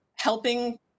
helping